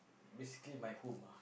basically my home ah